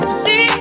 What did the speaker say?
see